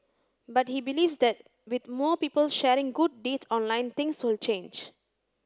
but he believes that with more people sharing good deeds online things will change